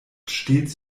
stets